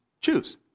choose